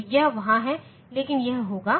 तो यह वहाँ है लेकिन यह होगा